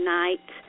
night